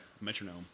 metronome